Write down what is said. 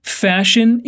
fashion